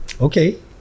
Okay